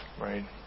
Right